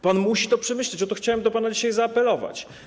Pan musi to przemyśleć, o to chciałem do pana dzisiaj zaapelować.